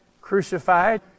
crucified